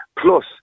Plus